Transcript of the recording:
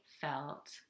felt